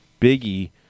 Biggie